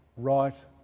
right